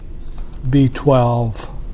B12